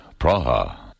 Praha